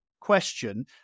question